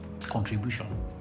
contribution